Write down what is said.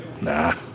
Nah